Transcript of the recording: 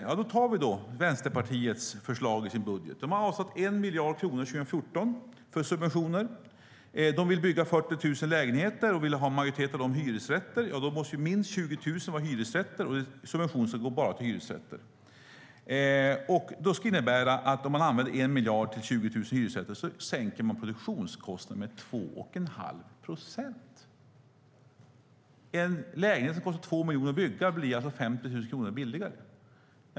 Ja, då kan vi ta Vänsterpartiets förslag i deras budget. De har avsatt 1 miljard kronor 2014 för subventioner. De vill bygga 40 000 lägenheter och vill att en majoritet av dem ska vara hyresrätter. Då måste minst 20 000 vara hyresrätter, och subventionen ska gå bara till hyresrätter. Det skulle innebära att om man använder 1 miljard till 20 000 hyresrätter sänker man produktionskostnaderna med 2 1⁄2 procent.